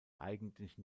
eigentlichen